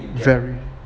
very